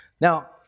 Now